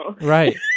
right